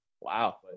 Wow